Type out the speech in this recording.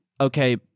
okay